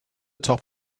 top